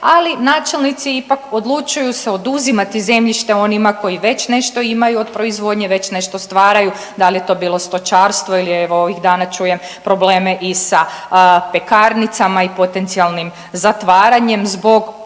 ali načelnici ipak odlučuju se oduzimati zemljište onima koji već nešto imaju od proizvodnje, već nešto stvaraju, da li je to bilo stočarstvo ili evo, ovih dana čujemo probleme i sa pekarnicama i potencijalnim zatvaranjem zbog oduzimanja